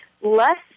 less